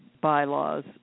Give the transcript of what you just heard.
bylaws